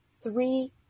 three